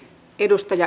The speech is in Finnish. kiitos